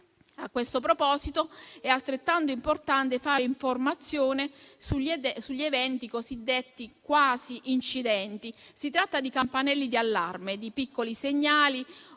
A questo proposito, è altrettanto importante fare informazione sugli eventi cosiddetti quasi incidenti. Si tratta di campanelli di allarme, di piccoli segnali